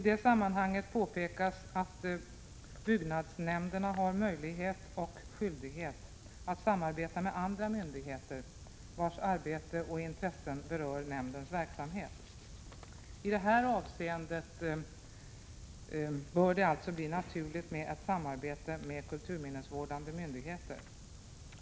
I det sammanhanget påpekas att byggnadsnämnden har möjlighet och skyldighet att samarbeta med andra myndigheter, vars arbete och intressen berör nämndens verksamhet. I det här avseendet bör det alltså bli naturligt med ett samarbete med kulturminnesvårdande myndigheter.